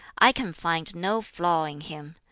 i can find no flaw in him.